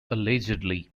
allegedly